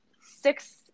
six